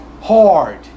hard